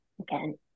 again